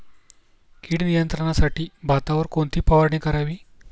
कीड नियंत्रणासाठी भातावर कोणती फवारणी करावी?